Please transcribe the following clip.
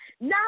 now